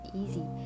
easy